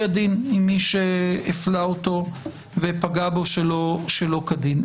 הדין עם מי שהפלה אותו ופגע בו שלא כדין.